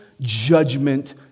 judgment